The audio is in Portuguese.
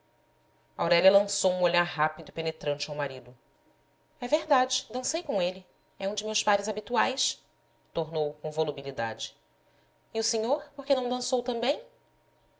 aurélia lançou um olhar rápido e penetrante ao marido é verdade dancei com ele é um de meus pares habi tuais tornou com volubilidade e o senhor por que não dançou também